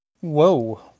Whoa